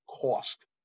cost